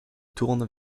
tourne